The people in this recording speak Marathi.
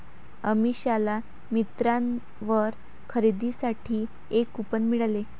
अमिषाला मिंत्रावर खरेदीसाठी एक कूपन मिळाले